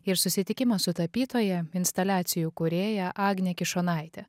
ir susitikimas su tapytoja instaliacijų kūrėja agne kišonaite